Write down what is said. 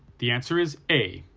the answer is a,